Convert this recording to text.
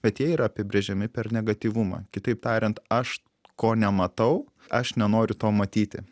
bet jie yra apibrėžiami per negatyvumą kitaip tariant aš ko nematau aš nenoriu to matyti